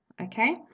okay